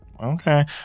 okay